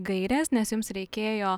gaires nes jums reikėjo